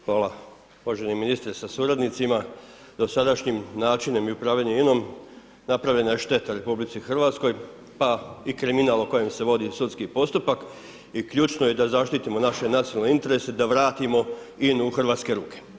Hvala, uvaženi ministre sa suradnicima, dosadašnjim načinom i upravljanjem INOM naprave na štetu RH, pa i kriminal o kojem se vodi sudski postupak i ključno je da zaštitimo naše nacionalne interese, da vratimo INA-u u hrvatske ruke.